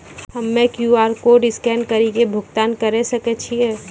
हम्मय QR code scan कड़ी के भुगतान करें सकय छियै?